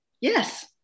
Yes